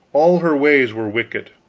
all her ways were wicked,